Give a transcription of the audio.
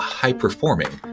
high-performing